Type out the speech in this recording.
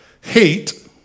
hate